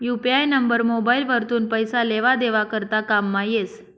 UPI number mobile वरथून पैसा लेवा देवा करता कामंमा येस